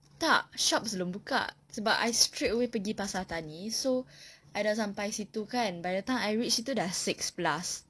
tak shops belum buka sebab I straightaway pergi pasar tani so I sudah sampai situ kan by the time I reach situ sudah six plus